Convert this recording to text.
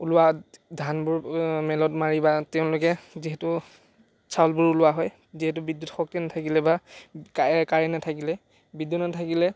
ওলোৱাত ধানবোৰ মিলত মাৰি বা তেওঁলোকে যিহেতু চাউলবোৰ ওলোৱা হয় যিহেতু বিদ্যুৎ শক্তি নাথাকিলে বা কাৰেণ্ট নাথাকিলে বিদ্যুৎ নাথাকিলে